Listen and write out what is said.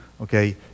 Okay